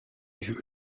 who